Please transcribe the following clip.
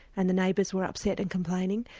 and the neighbours were upset and complaining.